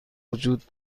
وجود